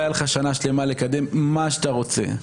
והייתה לך שנה שלמה לקדם מה שאתה רוצה,